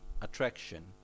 attraction